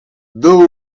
daou